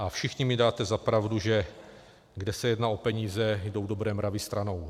A všichni mi dáte za pravdu, že kde se jedná o peníze, jdou dobré mravy stranou.